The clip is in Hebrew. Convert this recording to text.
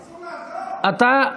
נו,